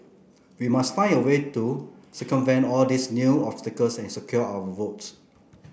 we must find a way to circumvent all these new obstacles and secure our votes